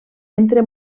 entre